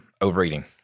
overeating